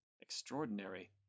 Extraordinary